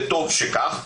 וטוב שכך.